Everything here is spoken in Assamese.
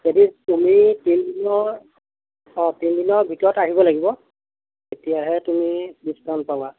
যদি তুমি তিনিদিনৰ অঁ তিনিদিনৰ ভিতৰত আহিব লাগিব তেতিয়াহে তুমি ডিচকাউণ্ট পাবা